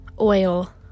oil